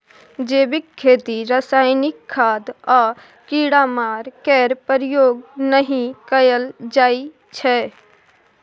जैबिक खेती रासायनिक खाद आ कीड़ामार केर प्रयोग नहि कएल जाइ छै